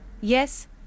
Yes